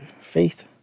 faith